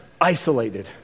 isolated